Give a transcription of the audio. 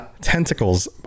tentacles